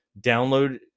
download